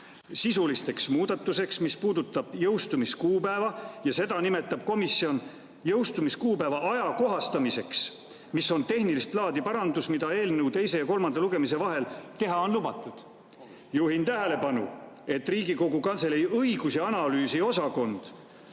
sisuliseks muudatuseks, mis puudutab jõustumiskuupäeva. Ja seda nimetab komisjon jõustumiskuupäeva ajakohastamiseks, mis on tehnilist laadi parandus, mida eelnõu teise ja kolmanda lugemise vahel teha on lubatud. Juhin tähelepanu, et Riigikogu Kantselei õigus- ja analüüsiosakond